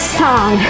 song